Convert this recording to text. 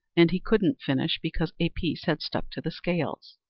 and he couldn't finish because a piece had stuck to the scales.